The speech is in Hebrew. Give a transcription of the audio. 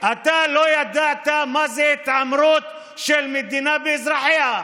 אתה לא ידעת מה זה התעמרות של מדינה באזרחיה,